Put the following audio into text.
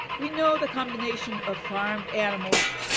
we know the combination of farmed animals